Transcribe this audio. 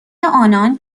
آنان